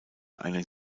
einen